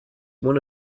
one